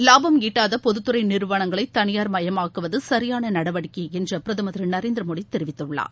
இலாபம் ஈட்டாத பொதுத்துறை நிறுவனங்களை தனியார் மயமாக்குவது சரியான நடவடிக்கையே என்று பிரதமர் திரு நரேந்திர மோடி தெரிவித்துள்ளார்